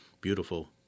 beautiful –